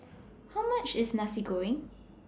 How much IS Nasi Goreng